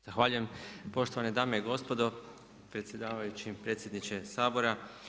Zahvaljujem poštovane dame i gospodo, predsjedavajući, predsjedniče Sabora.